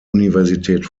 universität